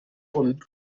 punt